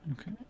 Okay